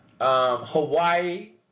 Hawaii